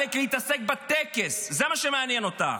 עלק להתעסק בטקס, זה מה שמעניין אותך.